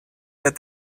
that